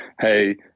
Hey